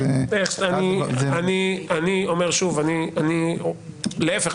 אני אומר שוב שלהיפך,